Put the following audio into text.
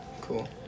Cool